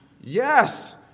Yes